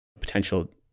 potential